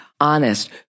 honest